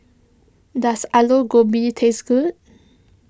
does Alu Gobi taste good